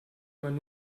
man